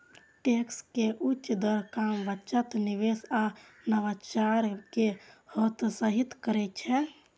tax के उच्च दर काम, बचत, निवेश आ नवाचार कें हतोत्साहित करै छै